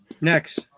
Next